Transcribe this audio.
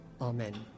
Amen